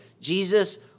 Jesus